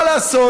מה לעשות?